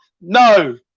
no